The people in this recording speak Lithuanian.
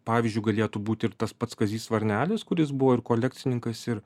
pavyzdžiu galėtų būti ir tas pats kazys varnelis kuris buvo ir kolekcininkas ir